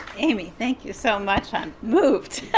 aimee, thank you so much. i'm moved.